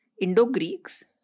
Indo-Greeks